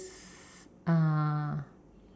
uh